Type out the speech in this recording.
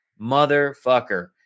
motherfucker